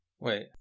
Wait